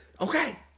okay